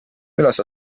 üles